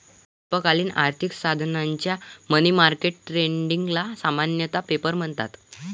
अल्पकालीन आर्थिक साधनांच्या मनी मार्केट ट्रेडिंगला सामान्यतः पेपर म्हणतात